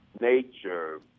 nature